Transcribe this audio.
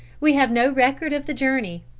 we have no record of the journey.